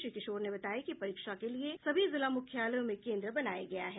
श्री किशोर ने बताया कि परीक्षा के लिए सभी जिला मुख्यालयों में केन्द्र बनाया गया है